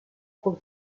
trop